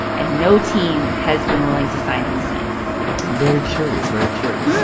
and no team has been willing to sign him since very curious, very curious. yeah